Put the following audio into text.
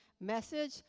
message